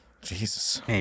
Jesus